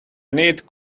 neat